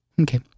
Okay